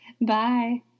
Bye